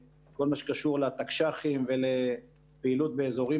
כל מה שקשור לתקש"חים ולפעילות באזורים